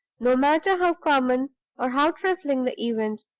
no matter how common or how trifling the event,